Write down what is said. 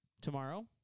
Tomorrow